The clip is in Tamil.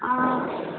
ஆ